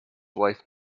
wife